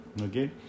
okay